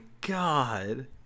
God